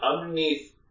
underneath